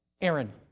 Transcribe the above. Aaron